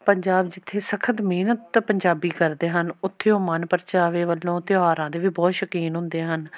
ਪੰਜਾਬ ਜਿੱਥੇ ਸਖ਼ਤ ਮਿਹਨਤ ਤਾਂ ਪੰਜਾਬੀ ਕਰਦੇ ਹਨ ਉੱਥੇ ਉਹ ਮਨਪਰਚਾਵੇ ਵੱਲੋਂ ਤਿਉਹਾਰਾਂ ਦੇ ਵੀ ਬਹੁਤ ਸ਼ੌਕੀਨ ਹੁੰਦੇ ਹਨ